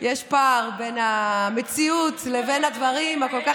יש פער בין המציאות לבין הדברים הכל-כך